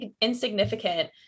insignificant